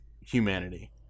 humanity